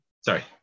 Sorry